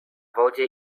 wodzie